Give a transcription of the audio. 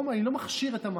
אני לא מכשיר את המעשה,